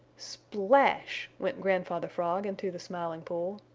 splash! went grandfather frog into the smiling pool.